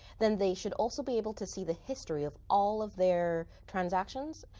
then they should also be able to see the history of all of their transactions.